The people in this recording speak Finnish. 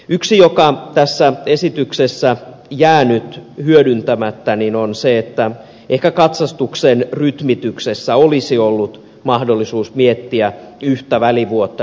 yksi joka tässä esityksessä jää nyt hyödyntämättä on se että ehkä katsastuksen rytmityksessä olisi ollut mahdollisuus miettiä yhtä välivuotta nykyiseen järjestelmään lisää